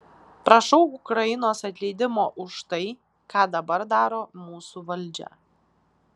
prašau ukrainos atleidimo už tai ką dabar daro mūsų valdžią